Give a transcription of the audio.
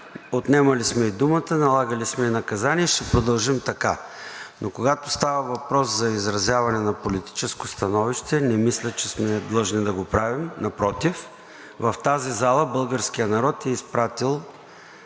отменяли сме и думата, налагали сме и наказания – ще продължим така. Но когато става въпрос за изразяване на политическо становище, не мисля, че сме длъжни да го правим. Напротив – в тази зала българският народ е изпратил